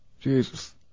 Jesus